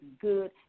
good